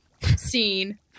scene